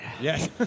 Yes